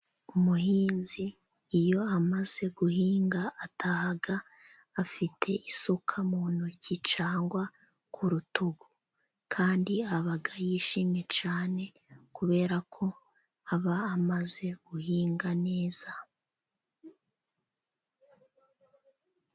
Umuhinzi iyo amaze guhinga atahaga, afite isuka mu ntoki cyangwa ku rutugu, kandi aba yishimye cyane kubera ko aba amaze guhinga neza.